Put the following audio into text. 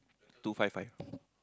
two five five